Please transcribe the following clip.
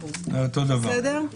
אנחנו נשארים,